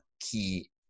key